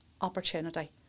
opportunity